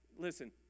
listen